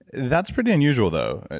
that's pretty unusual though.